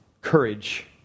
courage